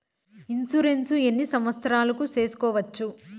Insurance ఎన్ని సంవత్సరాలకు సేసుకోవచ్చు?